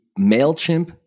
MailChimp